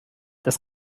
das